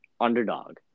underdog